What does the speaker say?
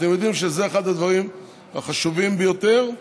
אתם יודעים שזה אחד הדברים שחשובים ביותר,